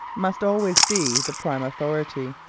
must always be the prime authority.